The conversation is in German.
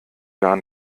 gar